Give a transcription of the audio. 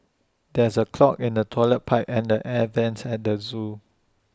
there's A clog in the Toilet Pipe and the air Vents at the Zoo